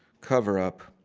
cover-up